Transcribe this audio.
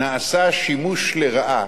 נעשה שימוש לרעה,